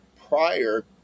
prior